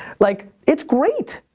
like, it's great!